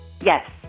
yes